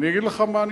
אגיד לך מה אני